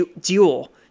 duel